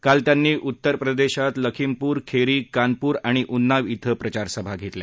काल त्यांनी उत्तरप्रदेशात लखीमपुर खेरी कानपुर आणि उन्नाव क्रिं प्रचारसभा घेतल्या